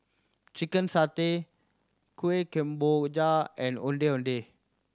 chicken satay Kueh Kemboja and Ondeh Ondeh